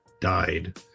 died